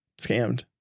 scammed